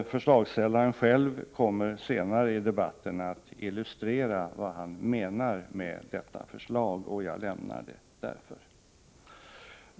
Förslagsställaren själv kommer senare i debatten att illustrera vad han menar med detta förslag, och jag lämnar det därför.